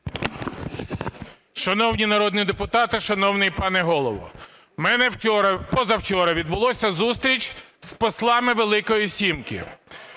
Шановні народні депутати, шановний пане Голово! У мене вчора… позавчора відбулась зустріч з послами "Великої сімки".